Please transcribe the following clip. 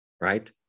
right